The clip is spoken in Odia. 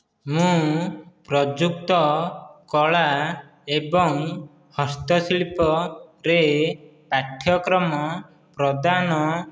ମୁଁ ପ୍ରଯୁକ୍ତ କଳା ଏବଂ ହସ୍ତଶିଳ୍ପରେ ପାଠ୍ୟକ୍ରମ ପ୍ରଦାନ